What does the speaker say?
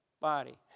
body